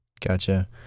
Gotcha